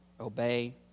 obey